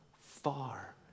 far